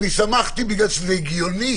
אני שמחתי בגלל שזה הגיוני.